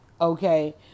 okay